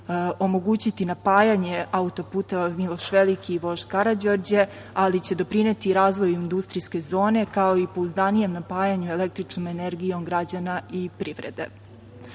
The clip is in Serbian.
omogućiti napajanje autoputeva "Miloš Veliki" i "Vožd Karađorđe", ali će doprineti razvoju industrijske zone, kao i pouzdanijem napajanju električnom energijom građana i